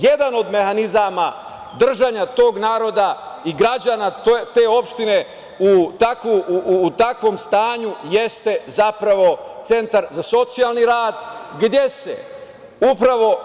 Jedan od mehanizama držanja tog naroda i građana te opštine u takvom stanju jeste zapravo centar za socijalni rad gde se upravo…